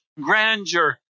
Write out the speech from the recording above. grandeur